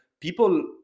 people